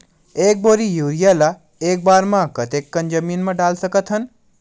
एक बोरी यूरिया ल एक बार म कते कन जमीन म डाल सकत हन?